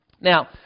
Now